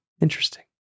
Interesting